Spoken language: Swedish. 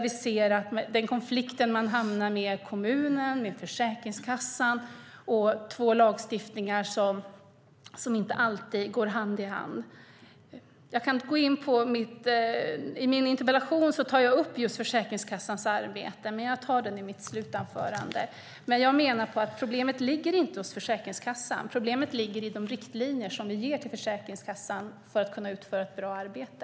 Vi ser den konflikt man hamnar i med kommunen, Försäkringskassan och två lagstiftningar som inte alltid går hand i hand. I min interpellation tar jag upp just Försäkringskassans arbete, men jag tar det i mitt sista inlägg. Jag menar dock att problemet inte ligger hos Försäkringskassan, utan problemet ligger i de riktlinjer vi ger till Försäkringskassan för att den ska kunna utföra ett bra arbete.